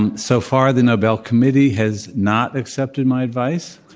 and so far, the nobel committee has not accepted my advice,